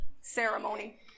ceremony